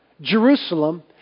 Jerusalem